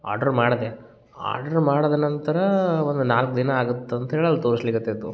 order ಮಾಡಿದೆ order ಮಾಡಿದ ನಂತರ ಒಂದು ನಾಲ್ಕು ದಿನ ಆಗತ್ತೆ ಅಂತ ಹೇಳಿ ಅಲ್ಲಿ ತೋರಸ್ಲಿಕತ್ತಿತ್ತು